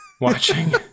watching